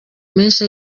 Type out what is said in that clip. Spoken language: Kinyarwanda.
menshi